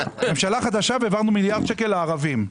ממשלה חדשה והעברנו מיליארד שקל לערבים.